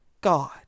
God